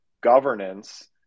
governance